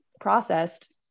processed